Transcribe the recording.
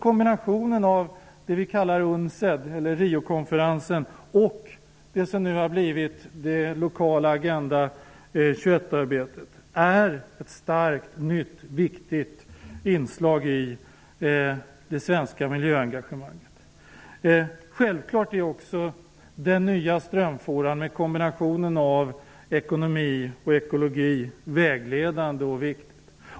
Kombinationen av Riokonferensens arbete och det som nu blivit det lokala Agenda 21-arbetet är ett starkt nytt och viktigt inslag i det svenska miljöengagemanget. Självklart är också den nya strömfåran med kombinationen av ekonomi och ekologi vägledande och viktig.